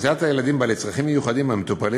אוכלוסיית הילדים עם צרכים מיוחדים המטופלים